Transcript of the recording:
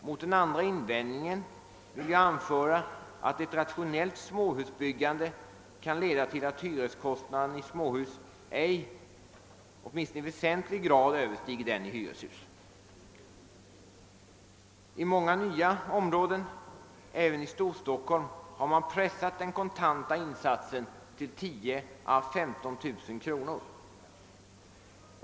Mot det andra argumentet vill jag anföra att ett rationellt småhusbyggande kan leda till att hyreskostnaderna i småhus åtminstone inte i väsentlig grad översteg dem i hyreshus. I många nya områden, även i Storstockholm, har man pressat den kontanta insatsen till 10 000 å 15 000 kr.